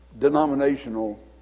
denominational